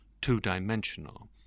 two-dimensional